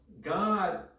God